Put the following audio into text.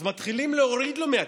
אז מתחילים להוריד לו מהתקרה.